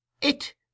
It